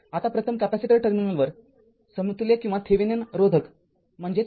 आता प्रथम कॅपेसिटर टर्मिनलवर समतुल्य किंवा थेविनिन रोधक मिळवा